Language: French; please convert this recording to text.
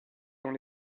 dans